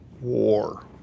war